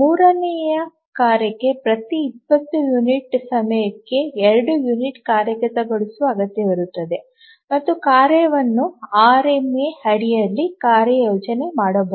ಮೂರನೆಯ ಕಾರ್ಯಕ್ಕೆ ಪ್ರತಿ 20 ಯುನಿಟ್ ಸಮಯಕ್ಕೆ 3 ಯುನಿಟ್ ಕಾರ್ಯಗತಗೊಳಿಸುವ ಅಗತ್ಯವಿರುತ್ತದೆ ಮತ್ತು ಕಾರ್ಯವನ್ನು ಆರ್ಎಂಎ ಅಡಿಯಲ್ಲಿ ಕಾರ್ಯಯೋಜನೆ ಮಾಡಬಹುದು